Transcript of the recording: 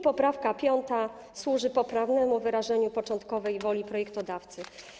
Poprawka 5. służy poprawnemu wyrażeniu początkowej woli projektodawcy.